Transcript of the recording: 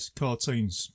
cartoons